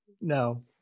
No